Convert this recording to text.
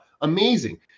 amazing